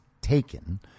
taken